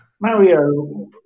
Mario